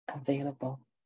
available